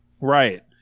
right